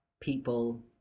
people